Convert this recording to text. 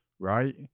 right